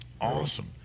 Awesome